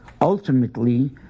ultimately